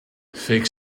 fake